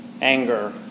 anger